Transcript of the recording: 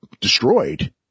destroyed